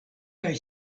kaj